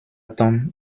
tombe